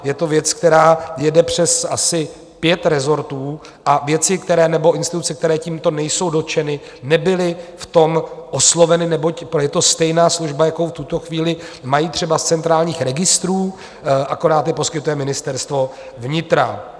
Je to věc, která jede přes asi pět rezortů a věci nebo instituce, které tímto nejsou dotčeny, nebyly v tom osloveny, neboť je to stejná služba, jakou v tuto chvíli mají třeba z centrálních registrů, akorát je poskytuje Ministerstvo vnitra.